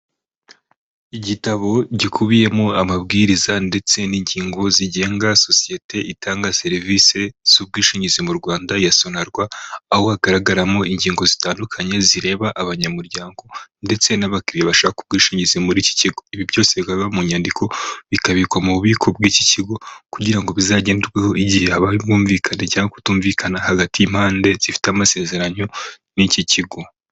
Igitabo gikubiyemo amabwiriza ndetse n'ingingo zigenga sosiyete itanga serivisi z'ubwishingizi mu Rwanda ya sonarwa, aho hagaragaramo ingingo zitandukanye zireba abanyamuryango ndetse n'abakiriya bashaka ubwishingizi muri iki kigo, ibi byose bikaba biba mu nyandiko bikabikwa mu bubiko bw'iki kigo kugira ngo bizagenderweho igihe habaye ubwumvikane cyangwa kutumvikana hagati y'impande zifite amasezerano n'iki kigo.